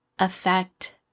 Affect